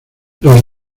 los